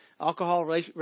alcohol